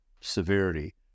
severity